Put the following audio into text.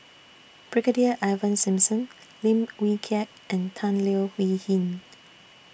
Brigadier Ivan Simson Lim Wee Kiak and Tan Leo Wee Hin